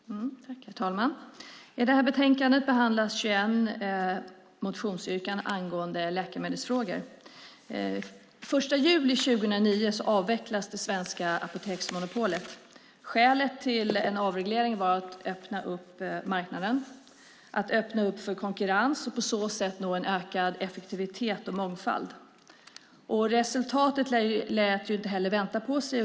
Herr talman! I det här betänkandet behandlas 21 motionsyrkanden angående läkemedelsfrågor. Den 1 juli 2009 avvecklades det svenska apoteksmonopolet. Skälet till avregleringen var att man ville öppna marknaden, öppna för konkurrens och på så sätt nå en ökad effektivitet och mångfald. Resultatet lät inte heller vänta på sig.